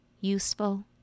useful